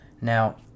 Now